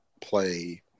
play